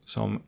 Som